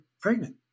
pregnant